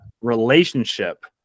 relationship